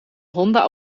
honda